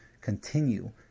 continue